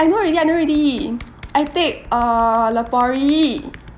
I know already I know already I take uh la porri